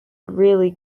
really